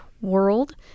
world